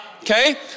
Okay